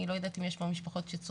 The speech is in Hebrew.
אני לא יודעת אם יש משפחות שצופות.